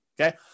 okay